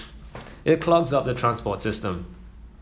it clogs up the transport system